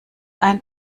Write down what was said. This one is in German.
ein